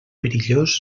perillós